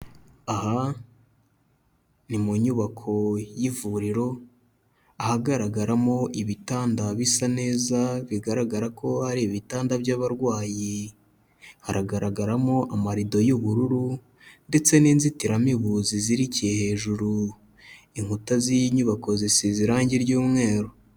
Aha ni mu nyubako y'ivuriro ahagaragaramo ibitanda bisa neza, bigaragara ko ari ibitanda by'abarwayi, haragaragaramo amarido y'ubururu ndetse n'inzitiramibu zizirikiye hejuru, inkuta z'iyi nyubako zisize irange ry'umweru.